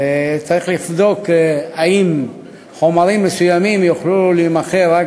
וצריך לבדוק אם חומרים מסוימים יוכלו להימכר רק